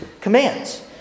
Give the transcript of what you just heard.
commands